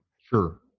Sure